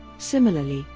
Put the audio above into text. similarly,